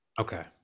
Okay